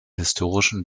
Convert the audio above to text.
historischen